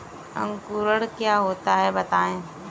अंकुरण क्या होता है बताएँ?